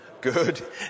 Good